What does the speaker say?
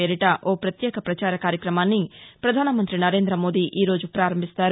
పేరిట ఓ వత్యేక వచార కార్యక్రమాన్ని వధానమంతి నరేంద్ర మోదీ ఈ రోజు పారంభిస్తారు